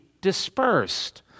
dispersed